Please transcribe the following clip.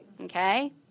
Okay